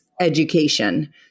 education